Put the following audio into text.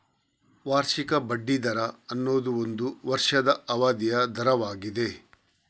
ವಾರ್ಷಿಕ ಬಡ್ಡಿ ದರ ಅನ್ನುದು ಒಂದು ವರ್ಷದ ಅವಧಿಯ ದರವಾಗಿದೆ